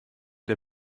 der